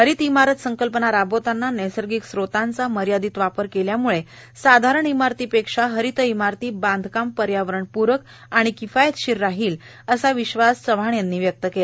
हरित इमारत संकल्पना राबवताना नैसर्गिक स्त्रोतांचा मर्यादित वापर केल्याने साधारण इमारतीपेक्षा हरित इमारती बांधकाम पर्यावरणपूरक आणि किफायतशीर राहील असा विश्वास चव्हाण यांनी व्यक्त केला